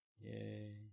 Yay